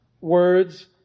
words